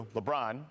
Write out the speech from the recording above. LeBron